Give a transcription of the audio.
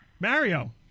Mario